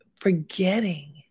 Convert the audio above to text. Forgetting